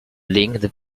link